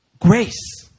grace